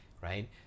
right